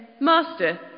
Master